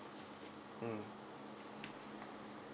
mm